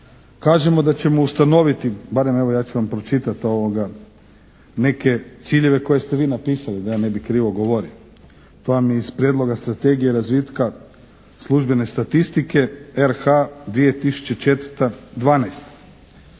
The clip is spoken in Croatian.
Kažemo da ćemo ustanoviti barem evo ja ću vam pročitati neke ciljeve koje ste vi napisali, da ja ne bih krivo govorio, pa mi iz Prijedloga strategije razvitka službene statistike RH 2004.